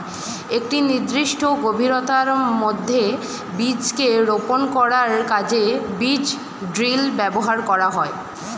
একটি নির্দিষ্ট গভীরতার মধ্যে বীজকে রোপন করার কাজে বীজ ড্রিল ব্যবহার করা হয়